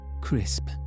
crisp